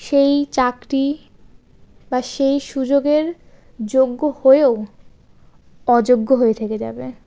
সেই চাকরি বা সেই সুযোগের যোগ্য হয়েও অযোগ্য হয়ে থেকে যাবে